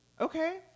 Okay